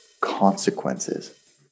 consequences